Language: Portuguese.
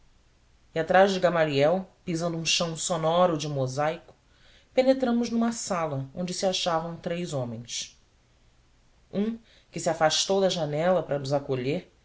e atrás de gamaliel pisando um chão sonoro de mosaico penetramos numa sala onde se achavam três homens um que se afastou da janela para nos acolher